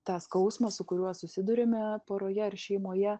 tą skausmą su kuriuo susiduriame poroje ar šeimoje